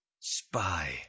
Spy